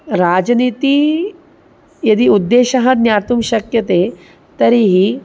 राजनीतिः यदि उद्देशः ज्ञातुं शक्यते तर्हि